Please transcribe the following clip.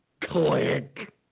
Click